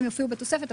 הם יופיעו בתוספת,